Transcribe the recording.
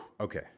okay